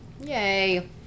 Yay